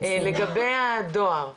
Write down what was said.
לוועדות אחרות